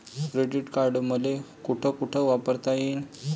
Credit card मले कोठ कोठ वापरता येईन?